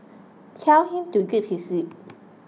tell him to zip his lip